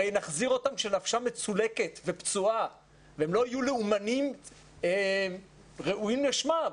הרי נחזיר אותם כשנפשם מצולקת ופצועה והם לא יהיו לאומנים ראויים לשמם,